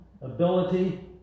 ability